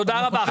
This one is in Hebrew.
תודה רבה.